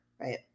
right